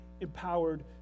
empowered